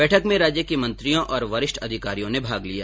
बैठक में राज्य के मंत्रियों तथा वरिष्ठ अधिकारियों ने भाग लिया